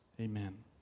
Amen